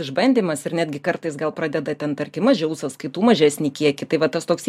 išbandymas ir netgi kartais gal pradeda ten tarkim mažiau sąskaitų mažesnį kiekį tai vat tas toks